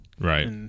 Right